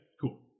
cool